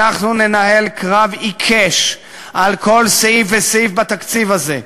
אנחנו ננהל קרב עיקש על כל סעיף וסעיף בתקציב הזה.